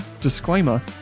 disclaimer